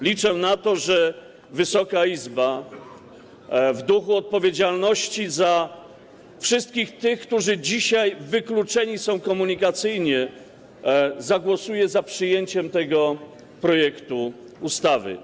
Liczę na to, że Wysoka Izba w duchu odpowiedzialności za wszystkich tych, którzy są dzisiaj wykluczeni komunikacyjnie, zagłosuje za przyjęciem tego projektu ustawy.